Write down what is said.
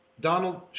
Donald